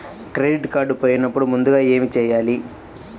Credit card పోయినపుడు ముందుగా ఏమి చేయాలి?